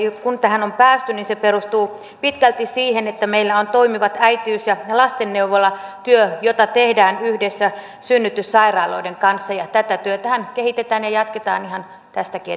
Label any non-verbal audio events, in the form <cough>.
kun tähän on päästy se perustuu pitkälti siihen että meillä on toimiva äitiys ja lastenneuvolatyö jota tehdään yhdessä synnytyssairaaloiden kanssa ja tätä työtähän kehitetään ja jatketaan ihan tästäkin <unintelligible>